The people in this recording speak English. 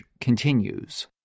continues